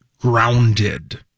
grounded